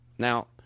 Now